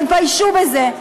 תתביישו בזה.